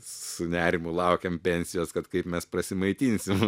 su nerimu laukiam pensijos kad kaip mes prasimaitinsim